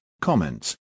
comments